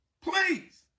please